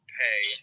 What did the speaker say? pay